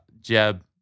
Jeb